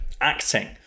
acting